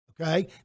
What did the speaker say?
Okay